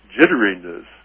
jitteriness